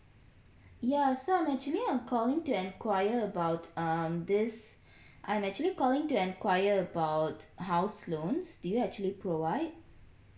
ya so I'm actually I'm calling to enquire about um this I'm actually calling to enquire about house loans do you actually provide